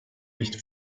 nicht